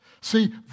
See